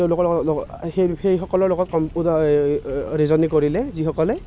তেওঁলোকৰ লগ লগত সেইসকলৰ লগত ৰিজনি কৰিলে যিসকলে